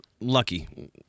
lucky